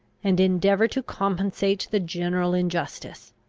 and endeavour to compensate the general injustice.